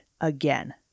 again